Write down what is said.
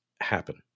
happen